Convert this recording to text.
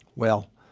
well,